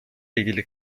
ilgili